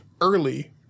early